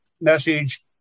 message